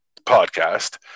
podcast